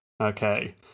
Okay